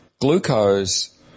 Glucose